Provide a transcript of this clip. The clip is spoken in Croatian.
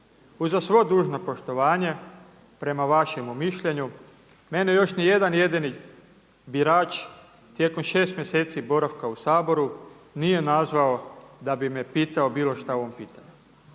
Uza svo dužno poštovanje prema vašemu mišljenju, mene još ni jedan jedini birač tijekom 6 mjeseci boravka u Saboru nije nazvao da bi me pitao bilo šta o ovom pitanju.